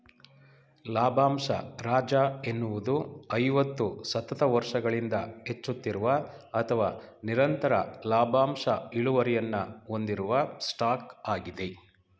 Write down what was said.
ಲಾಭಂಶ ರಾಜ ಎನ್ನುವುದು ಐವತ್ತು ಸತತ ವರ್ಷಗಳಿಂದ ಹೆಚ್ಚುತ್ತಿರುವ ಅಥವಾ ನಿರಂತರ ಲಾಭಾಂಶ ಇಳುವರಿಯನ್ನ ಹೊಂದಿರುವ ಸ್ಟಾಕ್ ಆಗಿದೆ